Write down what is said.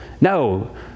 no